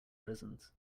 prisons